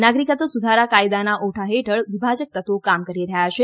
નાગરિકત્વ સુધારા કાયદાના ઓઠા હેઠળ વિભાજક તત્વો કામ કરી રહ્યા છે